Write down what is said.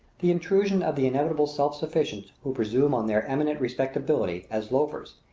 the intrusion of the inevitable self-sufficients who presume on their eminent respectability as loafers,